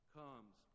comes